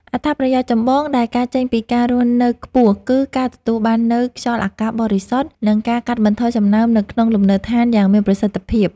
អត្ថប្រយោជន៍ចម្បងដែលកើតចេញពីការរស់នៅខ្ពស់ គឺការទទួលបាននូវ ខ្យល់អាកាសបរិសុទ្ធ និងការកាត់បន្ថយសំណើមនៅក្នុងលំនៅដ្ឋានយ៉ាងមានប្រសិទ្ធភាព។